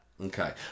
Okay